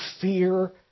fear